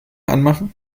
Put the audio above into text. anmachen